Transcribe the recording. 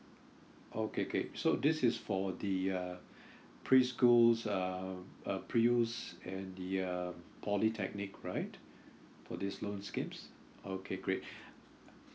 okay great so this is for the uh preschools um uh pre U and the uh polytechnic right for this loan schemes okay great uh